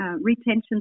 retention